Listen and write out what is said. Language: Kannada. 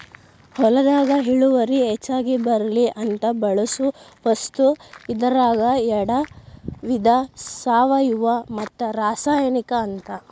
ಹೊಲದಾಗ ಇಳುವರಿ ಹೆಚಗಿ ಬರ್ಲಿ ಅಂತ ಬಳಸು ವಸ್ತು ಇದರಾಗ ಯಾಡ ವಿಧಾ ಸಾವಯುವ ಮತ್ತ ರಾಸಾಯನಿಕ ಅಂತ